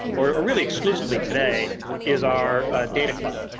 or or really exclusively today is our data cloud,